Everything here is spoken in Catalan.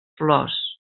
flors